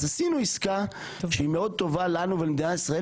אז עשינו עסקה שהיא מאוד טובה לנו ולמדינת ישראל